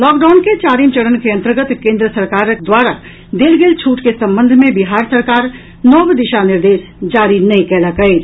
lockdown के चारिम चरण के अन्तर्गत केन्द्र सरकारक द्वारा देल गेल छूट के संबंध मे बिहार सरकार नव दिशा निर्देश जारी नहि कयलक अछि